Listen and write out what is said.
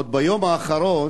עוד ביום האחרון